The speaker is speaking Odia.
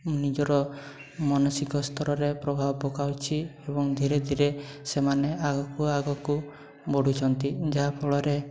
ନିଜର ମାନସିକ ସ୍ତରରେ ପ୍ରଭାବ ପକାଉଛି ଏବଂ ଧୀରେ ଧୀରେ ସେମାନେ ଆଗକୁ ଆଗକୁ ବଢ଼ୁଛନ୍ତି ଯାହାଫଳରେ